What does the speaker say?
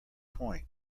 point